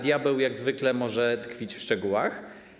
Diabeł jak zwykle może tkwić w szczegółach.